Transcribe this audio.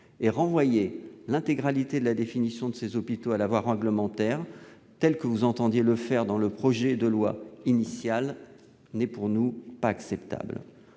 Renvoyer l'intégralité de la définition de ces hôpitaux à la voie réglementaire, comme vous entendiez le faire dans le projet de loi initial, n'était pas acceptable.